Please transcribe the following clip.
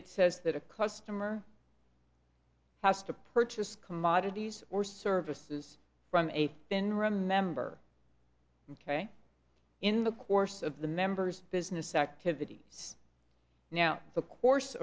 it says that a customer has to purchase commodities or services from a been run member ok in the course of the members business activities now the course